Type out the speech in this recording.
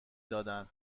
دادن